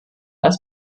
als